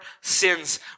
sins